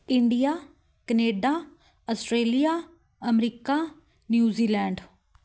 India Canada Australia America New Zealand